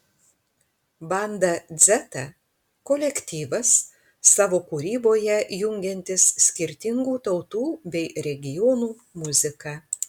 banda dzeta kolektyvas savo kūryboje jungiantis skirtingų tautų bei regionų muziką